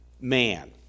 man